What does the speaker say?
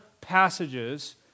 passages